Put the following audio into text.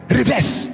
reverse